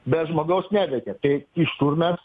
be žmogaus nelekia tai iš kur mes